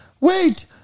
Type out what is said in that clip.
Wait